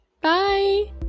Bye